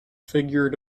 figure